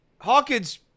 Hawkins